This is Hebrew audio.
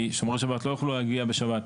כי שומרי שבת לא יוכלו להגיע בשבת,